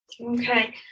Okay